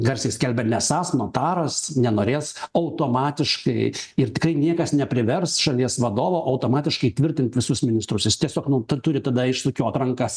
garsiai skelbia nesąs notaras nenorės automatiškai ir tikrai niekas neprivers šalies vadovo automatiškai tvirtint visus ministrus jis tiesiog nu ta turi tada išsukiot rankas